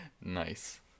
Nice